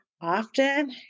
often